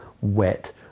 wet